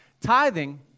Tithing